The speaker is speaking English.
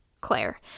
Claire